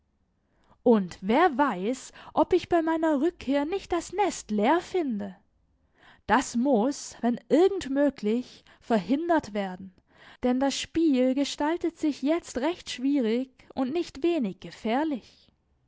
und wer weiß ob ich bei meiner rückkehr nicht das nest leer finde das muß wenn irgend möglich verhindert werden denn das spiel gestaltet sich jetzt recht schwierig und nicht wenig gefährlich